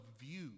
view